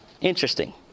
Interesting